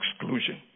exclusion